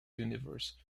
universe